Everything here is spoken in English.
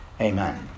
amen